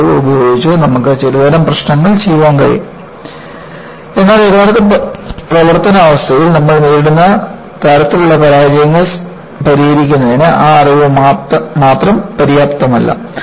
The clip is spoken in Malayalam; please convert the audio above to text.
ആ അറിവ് ഉപയോഗിച്ച് നമുക്ക് ചിലതരം പ്രശ്നങ്ങൾ ചെയ്യാൻ കഴിയും എന്നാൽ യഥാർത്ഥ പ്രവർത്തന അവസ്ഥയിൽ നമ്മൾ നേരിടുന്ന തരത്തിലുള്ള പരാജയങ്ങൾ പരിഹരിക്കുന്നതിന് ആ അറിവ് മാത്രം പര്യാപ്തമല്ല